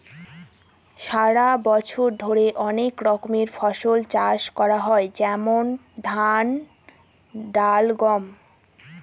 সারা বছর ধরে অনেক রকমের ফসল চাষ করা হয় যেমন ধান, ডাল, গম